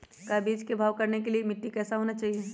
का बीज को भाव करने के लिए कैसा मिट्टी होना चाहिए?